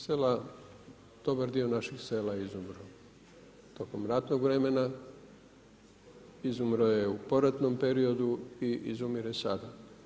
Sela, dobar dio naših sela je izumro tokom ratnog vremena, izumro je u poratnom periodu i izumire sada.